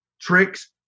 tricks